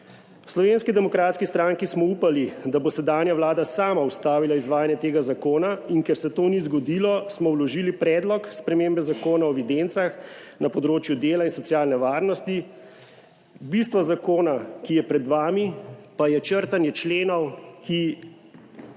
V Slovenski demokratski stranki smo upali, da bo sedanja Vlada sama ustavila izvajanje tega zakona in ker se to ni zgodilo, smo vložili Predlog spremembe Zakona o evidencah na področju dela in socialne varnosti. Bistvo zakona, ki je pred vami, pa je črtanje členov, ki